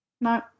No